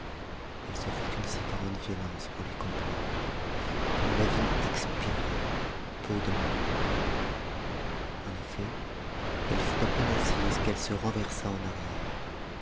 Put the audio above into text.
elle se fit une si grande violence pour lui complaire que nous la vîmes expirer peu de moments après en effet elle fut à peine assise qu'elle se renversa en arrière